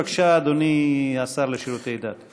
בבקשה, אדוני השר לשירותי דת.